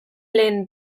lehen